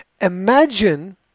imagine